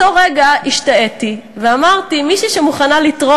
אבל לפני שבוע נפגשתי עם ענת ושאלתי אותה על הסמל המסחרי שלה,